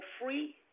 free